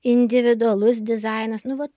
individualus dizainas nu vat